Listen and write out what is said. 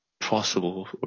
possible